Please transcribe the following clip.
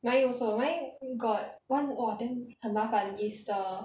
mine also mine got one !wah! 很麻烦 is the